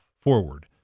forward